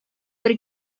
бер